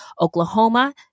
Oklahoma